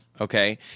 okay